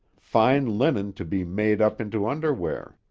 fine linen to be made up into underwear,